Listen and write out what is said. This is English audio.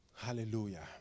Hallelujah